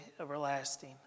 everlasting